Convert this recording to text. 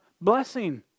blessing